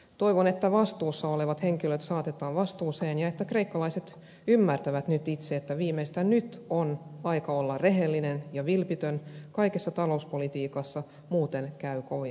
toivon että vastuussa olevat henkilöt saatetaan vastuuseen ja että kreikkalaiset ymmärtävät nyt itse että viimeistään nyt on aika olla rehellinen ja vilpitön kaikessa talouspolitiikassa muuten käy kovin huonosti